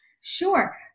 Sure